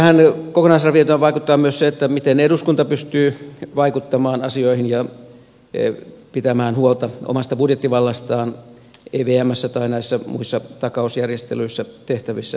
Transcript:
tähän kokonaisarviointiin vaikuttaa myös se miten eduskunta pystyy vaikuttamaan asioihin ja pitämään huolta omasta budjettivallastaan evmssä tai näissä muissa takausjärjestelyissä tehtävissä päätöksissä